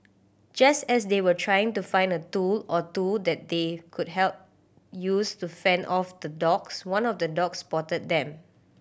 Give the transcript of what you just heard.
just as they were trying to find a tool or two that they could help use to fend off the dogs one of the dogs spotted them